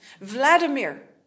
vladimir